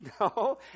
No